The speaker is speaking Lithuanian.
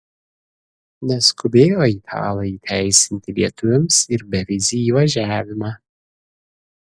neskubėjo italai įteisinti lietuviams ir bevizį įvažiavimą